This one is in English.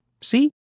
See